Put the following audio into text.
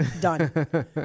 Done